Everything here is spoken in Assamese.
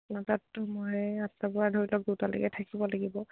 আপোনাৰ তাততো মই আঠটাৰপৰা ধৰি লওক দুটালৈকে থাকিব লাগিব